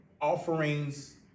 offerings